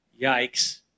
Yikes